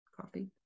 coffee